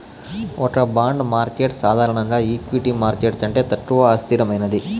ఒక bond market సాధారణంగా equity market కంటే తక్కువ అస్థిరమైనది